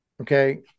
okay